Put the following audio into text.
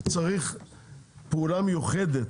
אני חושב שאת כל סעיף 14 צריך למחוק,